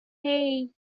hey